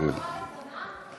אימא שלך מורה לתנ"ך?